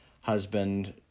husband